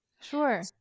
Sure